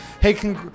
Hey